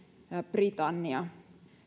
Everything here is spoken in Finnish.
britannia